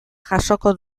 jasoko